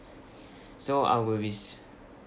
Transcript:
so I will be